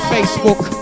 Facebook